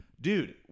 dude